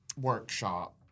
workshop